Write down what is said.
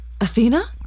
Athena